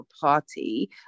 party